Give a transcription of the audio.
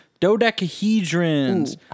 dodecahedrons